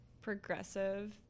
progressive